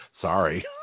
Sorry